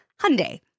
Hyundai